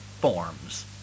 forms